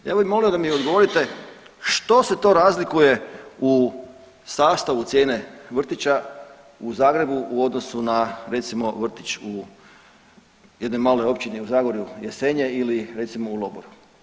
Ja bi molio da mi odgovorite što se to razlikuje u sastavu cijene vrtića u Zagrebu u odnosu na recimo vrtić u jednoj maloj općini u Zagorju Jesenje ili recimo u Loboru.